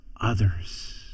others